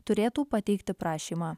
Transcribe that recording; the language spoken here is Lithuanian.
turėtų pateikti prašymą